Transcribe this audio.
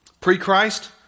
Pre-Christ